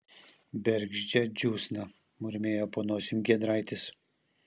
bergždžia džiūsna murmėjo po nosim giedraitis